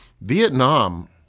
Vietnam